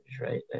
right